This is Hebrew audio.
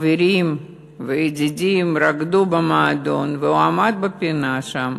חברים וידידים, רקדו במועדון, והוא עמד בפינה שם.